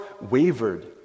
wavered